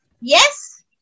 yes